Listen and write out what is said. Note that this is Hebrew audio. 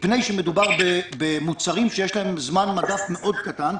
מפני שמדובר במוצרים שיש להם זמן מדף קצר מאוד.